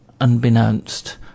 unbeknownst